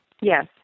Yes